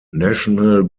national